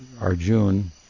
Arjun